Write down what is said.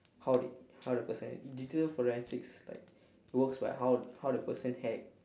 how they how the person digital forensics like it works by how how the person hack